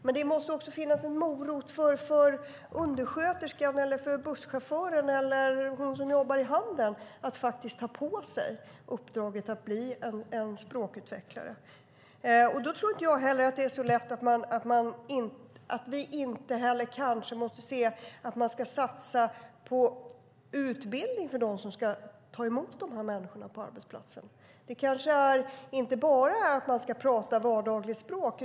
Men det måste också finnas en morot för undersköterskan, för busschauffören eller för henne som jobbar i handeln att faktiskt ta på sig uppdraget att bli en språkutvecklare. Då tror inte jag heller att det är så lätt. Vi kanske måste se att man ska satsa på utbildning för dem som ska ta emot de här människorna på arbetsplatsen. Det kanske inte bara handlar om att man ska prata vardagligt språk.